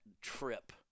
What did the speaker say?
trip